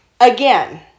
Again